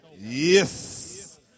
Yes